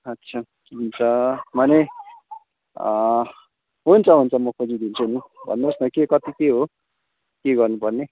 अच्छा हुन्छ मने हुन्छ हुन्छ म खोजिदिन्छु नि भन्नुहोस् न के कति के हो के गर्नुपर्ने